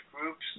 groups